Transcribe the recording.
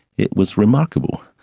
it was remarkable.